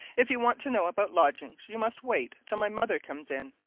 if you want to know about lodgings you must wait till my mother comes in.